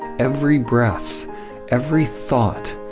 every breath every thought,